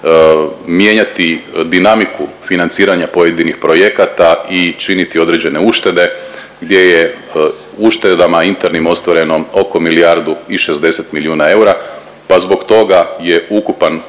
mijenjati dinamiku financiranja pojedinih projekata i činiti određene uštede gdje je uštedama internim ostvareno oko milijardu i 60 milijuna eura, pa zbog toga je ukupan